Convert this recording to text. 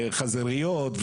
חזיריות,